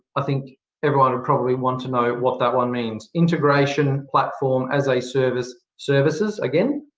i think everyone would probably want to know what that one means. integration platform as a server's services, again.